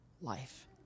life